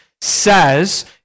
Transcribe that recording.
says